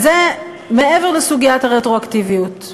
וזה מעבר לסוגיית הרטרואקטיביות.